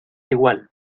igual